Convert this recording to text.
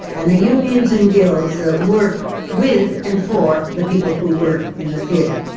and the unions and guilds that work with and for the people who work in the theatre.